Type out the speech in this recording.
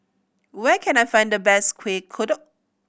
where can I find the best Kueh Kodok